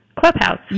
clubhouse